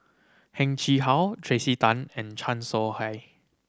Heng Chee How Tracey Tan and Chan Soh Ha